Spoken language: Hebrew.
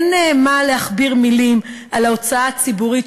אין מה להכביר מילים על ההוצאה הציבורית